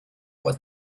what